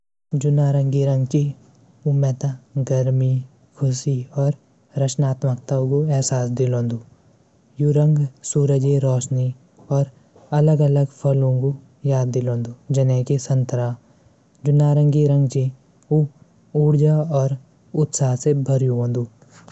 पीला रंग से म्यारू दिमाग ख्याल आंदू की हम भगवान से जुडाव महसूस करदा। जब भी केकू व्यू हूंदू त पीलू रःग ज्यादा शुभ मने जांदू।